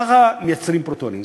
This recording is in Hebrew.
ככה מייצרים פרוטונים.